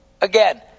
Again